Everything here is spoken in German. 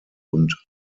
und